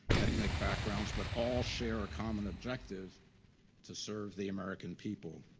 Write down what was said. ethnic backgrounds, but all share a common objective to serve the american people.